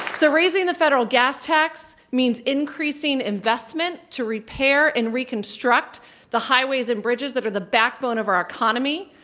so raising the federal gas tax means increasing investment to repair and reconstruc t the highways and bridges that are the backbone of our economy.